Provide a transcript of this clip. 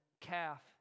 calf